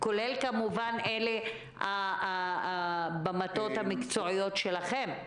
כולל כמובן אלו שבמטות המקצועיים שלכם?